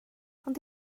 ond